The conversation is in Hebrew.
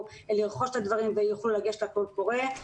לרכוש את הדברים ויוכלו לגשת לקול קורא.